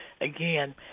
again